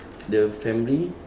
the family